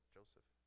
Joseph